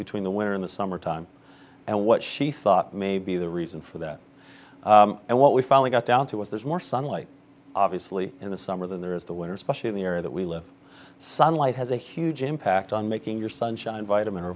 between the winner in the summertime and what she thought may be the reason for that and what we finally got down to was there's more sunlight ah sleep in the summer there is the winter especially in the area that we live in sunlight has a huge impact on making your sunshine vitamin or